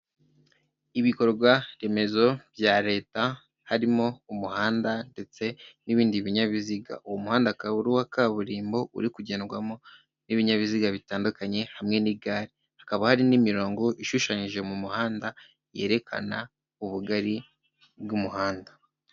Ibikorwa remezo bya leta harimo umuhanda ndetse n'ibindi binyabiziga, uwo muhanda wa kaburimbo uri kugendwamo n'ibinyabiziga bitandukanye hamwe n'igare hakaba hari n'imirongo ishushanyije mu muhanda yerekana ubugari bw'umuhanda.